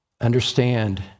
Understand